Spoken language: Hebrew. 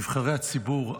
נבחרי הציבור,